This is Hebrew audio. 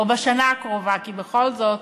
או בשנה הקרובה, כי בכל זאת